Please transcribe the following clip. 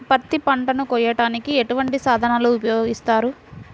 పత్తి పంటను కోయటానికి ఎటువంటి సాధనలు ఉపయోగిస్తారు?